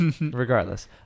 Regardless